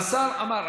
השר אמר,